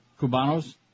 Cubanos